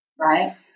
right